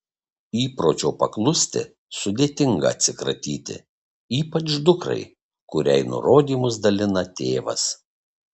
įpročio paklusti sudėtinga atsikratyti ypač dukrai kuriai nurodymus dalina tėvas